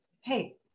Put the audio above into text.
hey